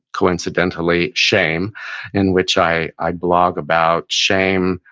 coincidentally, shame in which i i blog about shame,